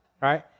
right